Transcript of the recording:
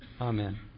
Amen